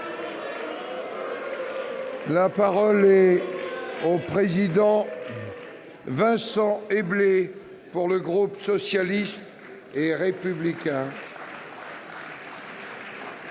La parole est à M. Vincent Éblé, pour le groupe socialiste et républicain.